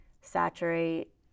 saturate